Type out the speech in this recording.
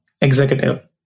executive